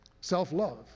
Self-love